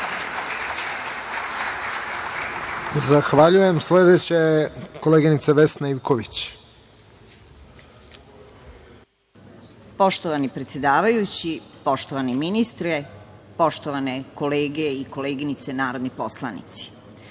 Zahvaljujem. Sledeća je koleginica Vesna Ivković. **Vesna Ivković** Poštovani predsedavajući, poštovani ministre, poštovane kolege i koleginice narodni poslanici,